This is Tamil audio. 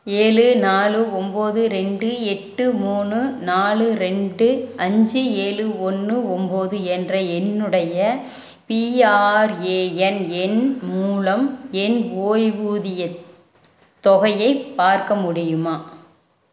ஏழு நாலு ஒம்பது ரெண்டு எட்டு மூணு நாலு ரெண்டு அஞ்சு ஏழு ஒன்று ஒம்பது என்ற என்னுடைய பிஆர்ஏஎன் எண் மூலம் என் ஓய்வூதியத் தொகையை பார்க்க முடியுமா